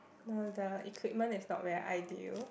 no the equipment is not very ideal